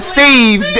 Steve